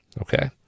Okay